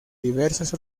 diversas